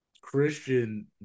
Christian